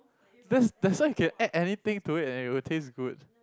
that's that's why you can add anything to it and it will taste good